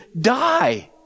die